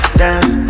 dance